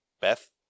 Beth